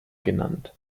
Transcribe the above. genannt